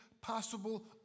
possible